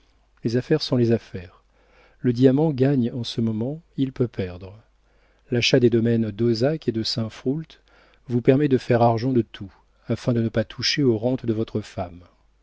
les affaires sont les affaires le diamant gagne en ce moment il peut perdre l'achat des domaines d'auzac et de saint froult vous permet de faire argent de tout afin de ne pas toucher aux rentes de votre femme